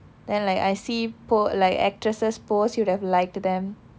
then like I see po~ like actresses post he would have liked them